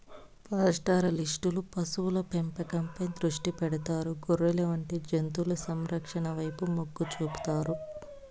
పాస్టోరలిస్టులు పశువుల పెంపకంపై దృష్టి పెడతారు, గొర్రెలు వంటి జంతువుల సంరక్షణ వైపు మొగ్గు చూపుతారు